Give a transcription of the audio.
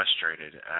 frustrated